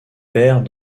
père